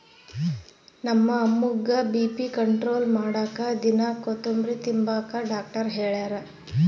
ನಮ್ಮ ಅಮ್ಮುಗ್ಗ BP control ಮಾಡಾಕ ದಿನಾ ಕೋತುಂಬ್ರೆ ತಿಂಬಾಕ ಡಾಕ್ಟರ್ ಹೆಳ್ಯಾರ